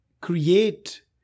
create